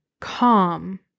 calm